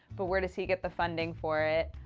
but where does he get the funding for it?